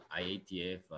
iatf